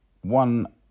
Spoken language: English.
one